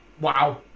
Wow